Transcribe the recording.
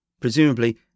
Presumably